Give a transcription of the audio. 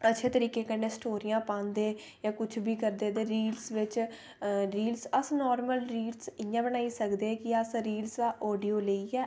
अच्छे तरीके कन्नै स्टोरियां पांदे जां किश बी करदे ते रील बिच रील अस नार्मल रील इ'यै बनाई सकदे कि अस रील दा आडियो लेइयै